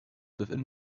within